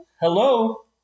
hello